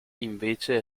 invece